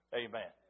amen